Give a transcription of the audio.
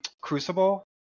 Crucible